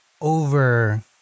over